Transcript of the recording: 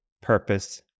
purpose